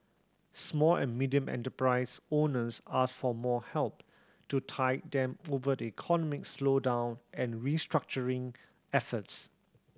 small and medium enterprise owners asked for more help to tide them over the economic slowdown and restructuring efforts